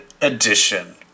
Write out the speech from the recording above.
edition